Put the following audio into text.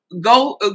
go